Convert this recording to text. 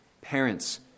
parents